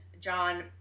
John